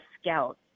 scout